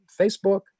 Facebook